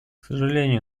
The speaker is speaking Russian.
сожалению